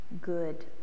good